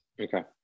Okay